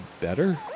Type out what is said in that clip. better